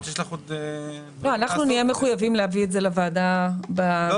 אנחנו נהיה מחויבים להביא את זה לוועדה --- אני